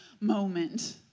moment